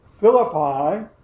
Philippi